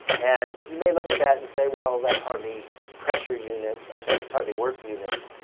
and you may look at that and say, well that's hardly pressure units, i'm sorry that's hardly work units,